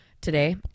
Today